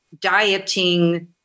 dieting